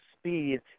speed